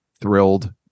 thrilled